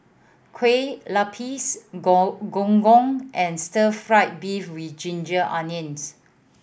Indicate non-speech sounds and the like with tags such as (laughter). Kueh Lapis (unintelligible) Gong Gong and Stir Fry beef with ginger onions